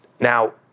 Now